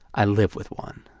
i live with one.